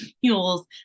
fuels